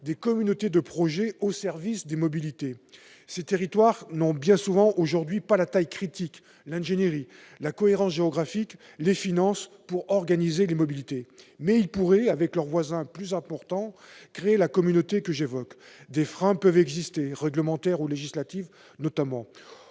des communautés de projets au service des mobilités. Ces territoires n'ont bien souvent aujourd'hui pas la taille critique, l'ingénierie, la cohérence géographique, les finances pour organiser les mobilités. Mais ils pourraient, avec leurs voisins plus importants, créer la communauté que j'évoque. Des freins peuvent exister, réglementaires ou législatifs notamment